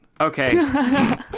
Okay